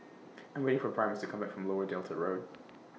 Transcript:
I'm waiting For Primus to Come Back from Lower Delta Road